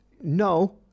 no